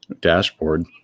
dashboard